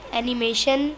animation